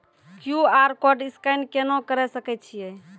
QR code scan केना करै सकय छियै?